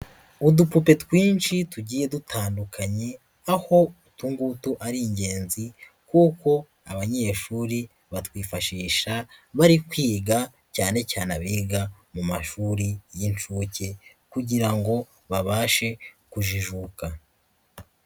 Udupupe twinshi tugiye dutandukanye, aho utu ngutu ari ingenzi kuko abanyeshuri batwifashisha bari kwiga cyane cyane abiga mu mashuri y'inshuke kugira ngo babashe kujijuka.